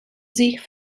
sich